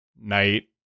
Night